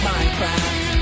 Minecraft